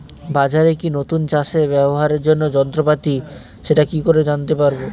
বাজারে কি নতুন চাষে ব্যবহারের জন্য যন্ত্রপাতি সেটা কি করে জানতে পারব?